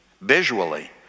visually